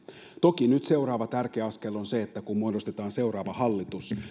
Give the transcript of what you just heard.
toki nyt seuraava tärkeä askel on se että kun muodostetaan seuraava hallitus